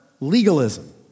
legalism